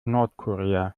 nordkorea